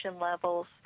levels